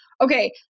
okay